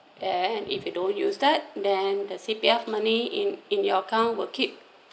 and if you don't use that then the C_P_F money in in your account will keep